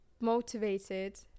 motivated